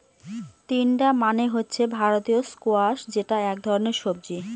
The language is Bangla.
তিনডা মানে হচ্ছে ভারতীয় স্কোয়াশ যেটা এক ধরনের সবজি